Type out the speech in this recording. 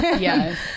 yes